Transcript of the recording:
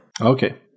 Okay